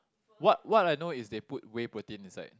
what what I know is they put whey protein inside